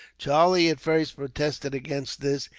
charlie at first protested against this,